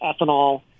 ethanol